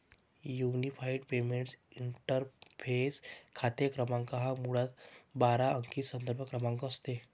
unified payments interface खाते क्रमांक हा मुळात बारा अंकी संदर्भ क्रमांक असतो